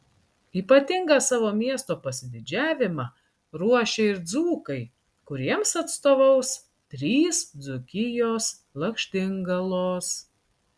ypatingą savo miesto pasididžiavimą ruošia ir dzūkai kuriems atstovaus trys dzūkijos lakštingalos